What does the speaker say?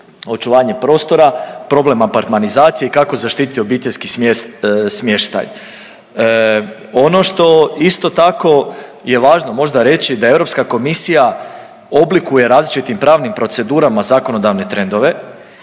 očuvanje prostora, problem apartmanizacije i kako zaštiti obiteljski smještaj. Ono što isto tako je važno možda reći da Europska komisija oblikuje različitim pravnim procedurama zakonodavne trendove